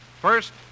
First